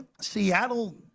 Seattle